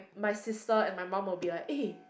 my sister and my mum will be like eh